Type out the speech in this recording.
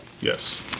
Yes